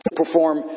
Perform